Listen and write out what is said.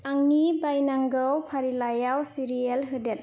आंनि बायनांगौ फारिलाइयाव सिरियेल होदेर